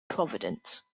providence